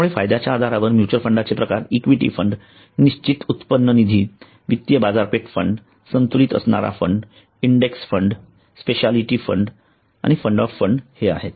त्यामुळे फायद्याच्या आधारावर म्युच्युअल फंडाचे प्रकार इक्विटी फंड निश्चित उत्पन्न निधी वित्तीय बाजारपेठ फंड संतुलित असणारा fund index fund specialty fund आणि फंड ऑफ फंड हे आहेत